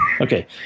Okay